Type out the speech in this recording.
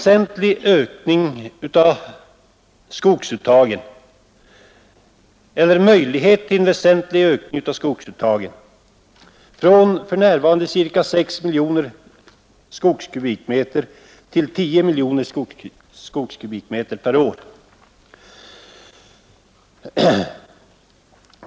Skogsprogrammet medför möjligheter till en väsentlig ökning av skogsuttaget från för närvarande ca 6 miljoner skogskubikmeter till 10 miljoner kubikmeter per år.